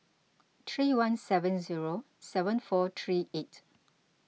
three one seven zero seven four three eight